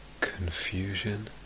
confusion